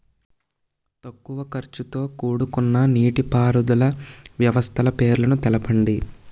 తక్కువ ఖర్చుతో కూడుకున్న నీటిపారుదల వ్యవస్థల పేర్లను తెలపండి?